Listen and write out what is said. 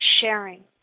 sharing